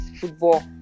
football